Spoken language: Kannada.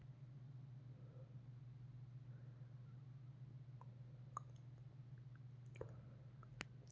ಕಟಗಿ ಒಂಗ ಎರೆಡ ವಿಧಾ ಅದಾವ ಒಂದ ಮೃದು ಮತ್ತ ರಫ್